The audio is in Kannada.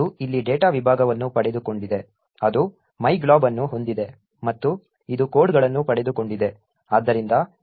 ಇದು ಇಲ್ಲಿ ಡೇಟಾ ವಿಭಾಗವನ್ನು ಪಡೆದುಕೊಂಡಿದೆ ಅದು myglob ಅನ್ನು ಹೊಂದಿದೆ ಮತ್ತು ಇದು ಕೋಡ್ಗಳನ್ನು ಪಡೆದುಕೊಂಡಿದೆ ಆದ್ದರಿಂದ ಈ